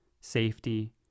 safety